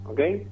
Okay